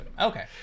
Okay